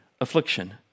affliction